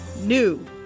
NEW